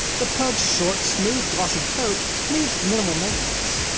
the pug's short, smooth, glossy coat needs minimal maintenance,